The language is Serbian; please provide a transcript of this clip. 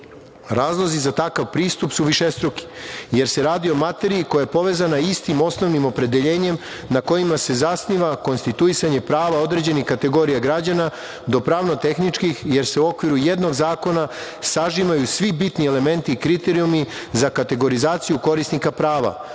Razlozi za takav pristup su višestruki, jer se radi o materiji koja je povezana istim osnovnim opredeljenjem na kojima se zasniva konstituisanje prava određenih kategorija građana, do pravno-tehničkih, jer se u okviru jednog zakona sažimaju svi bitni elementi i kriterijumi za kategorizaciju korisnika prava,